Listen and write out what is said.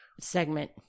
segment